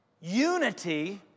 Unity